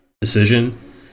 decision